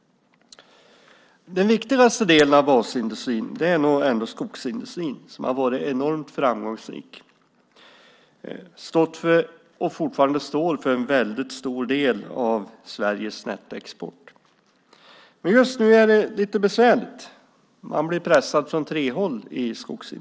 Den viktigaste delen av basindustrin är nog ändå skogsindustrin, som har varit enormt framgångsrik och stått för och fortfarande står för en väldigt stor del av Sveriges nettoexport. Men just nu är det lite besvärligt. Skogsindustrin blir pressad från tre håll.